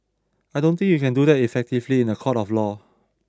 I don't think you can do that effectively in a court of law